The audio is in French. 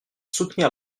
soutenir